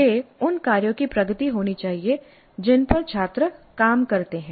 यह उन कार्यों की प्रगति होनी चाहिए जिन पर छात्र काम करते हैं